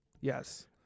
Yes